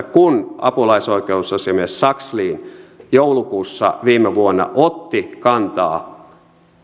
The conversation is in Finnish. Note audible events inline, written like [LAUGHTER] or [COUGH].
[UNINTELLIGIBLE] kun apulaisoikeusasiamies sakslin joulukuussa viime vuonna otti kantaa